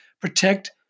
protect